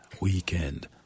weekend